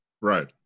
Right